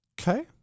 Okay